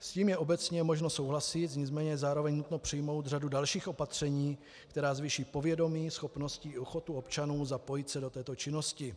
S tím je obecně možno souhlasit, nicméně zároveň je nutno přijmout řadu dalších opatření, která zvýší povědomí, schopnosti i ochotu občanů zapojit se do této činnosti.